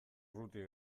urruti